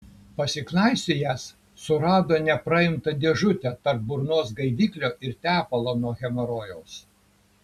pasiknaisiojęs surado nepraimtą dėžutę tarp burnos gaiviklio ir tepalo nuo hemorojaus